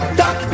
duck